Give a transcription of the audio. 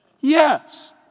Yes